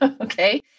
okay